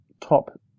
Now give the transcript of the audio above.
top